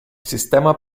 sistema